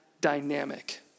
dynamic